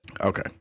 Okay